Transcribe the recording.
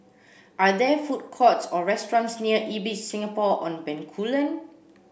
are there food courts or restaurants near Ibis Singapore on Bencoolen